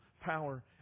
power